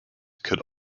could